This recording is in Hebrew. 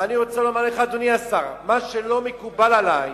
ואני רוצה לומר לך, אדוני השר, מה שלא מקובל עלי,